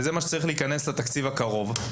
שזה מה שצריך להיכנס לתקציב הקרוב,